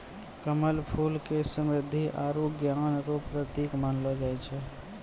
कमल फूल के समृद्धि आरु ज्ञान रो प्रतिक मानलो जाय छै